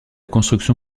construction